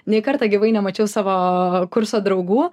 nei karto gyvai nemačiau savo kurso draugų